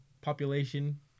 population